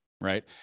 Right